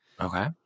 Okay